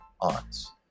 aunts